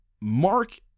Mark